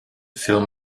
film